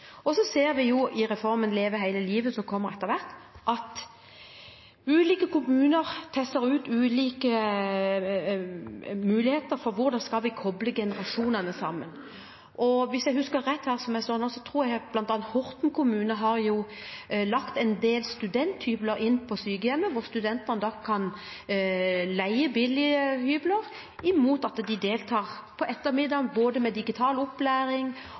vi ser i reformen Leve hele livet, som kommer, at ulike kommuner tester ut ulike muligheter for hvordan de kan koble generasjonene sammen. Hvis jeg husker rett her jeg står nå, tror jeg bl.a. Horten kommune har lagt en del studenthybler til sykehjem, hvor studentene kan leie billige hybler mot å delta på ettermiddagen med digital opplæring